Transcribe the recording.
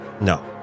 No